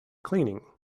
cleaning